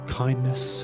kindness